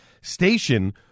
station